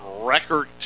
record